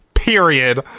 Period